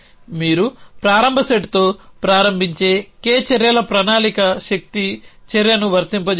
మీరు ప్రారంభ సెట్తో ప్రారంభించే k చర్యల ప్రణాళిక శక్తి చర్యను వర్తింపజేస్తుంది